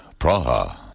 Praha